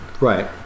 right